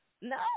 No